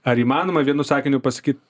ar įmanoma vienu sakiniu pasakyt